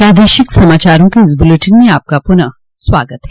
प्रादेशिक समाचारों के इस बुलेटिन में आपका फिर से स्वागत है